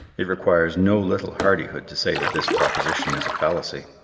it requires no little hardihood to say that this proposition is a fallacy.